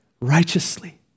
righteously